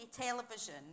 television